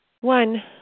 One